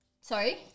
Sorry